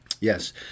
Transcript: Yes